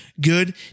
good